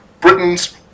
Britain's